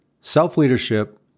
Self-leadership